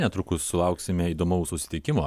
netrukus sulauksime įdomaus susitikimo